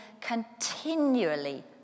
continually